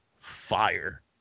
fire